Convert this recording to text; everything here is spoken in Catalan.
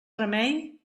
remei